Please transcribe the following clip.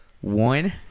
One